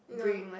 no